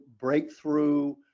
breakthrough